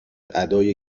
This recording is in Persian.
ادای